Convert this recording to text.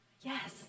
yes